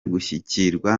gushyigikirwa